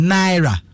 Naira